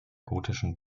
gotischen